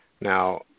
Now